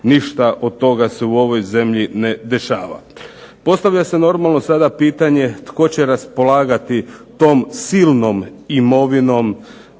ništa od toga se u ovoj zemlji ne dešava. Postavlja se normalno sada pitanje tko će raspolagati tom silnom imovinom